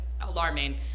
alarming